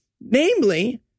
namely